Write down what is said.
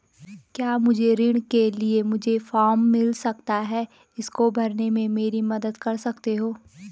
क्या मुझे ऋण के लिए मुझे फार्म मिल सकता है इसको भरने में मेरी मदद कर सकते हो?